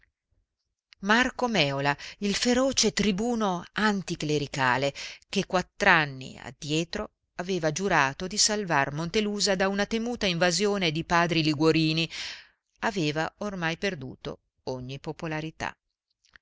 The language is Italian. mèola marco mèola il feroce tribuno anticlericale che quattr'anni addietro aveva giurato di salvar montelusa da una temuta invasione di padri liguorini aveva ormai perduto ogni popolarità